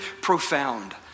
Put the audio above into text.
profound